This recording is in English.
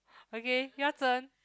okay your turn